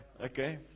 Okay